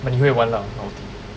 but 你会玩 lah normally